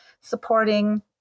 supporting